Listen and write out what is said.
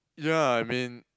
yeah I mean